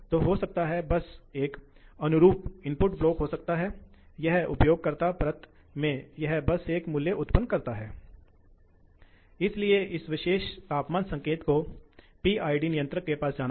तो हम कहते हैं कि यह N1 है यह N2 है और यह N3 है और N1 N2 से अधिक है N2 N3 से अधिक है तो अब क्या होता है कि अब ऑपरेटिंग पॉइंट भी इसके साथ बदल जाएगा